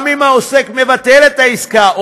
גם אם העוסק מבטל את העסקה,